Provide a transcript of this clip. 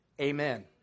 amen